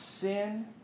sin